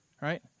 right